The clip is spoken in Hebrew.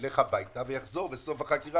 ילך הביתה ויחזור בסוף החקירה,